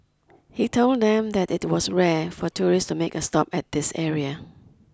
he told them that it was rare for tourists to make a stop at this area